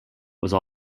also